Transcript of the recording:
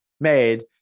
made